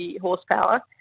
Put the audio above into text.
horsepower